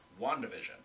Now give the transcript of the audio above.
WandaVision